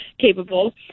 capable